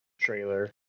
trailer